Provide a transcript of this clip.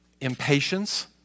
impatience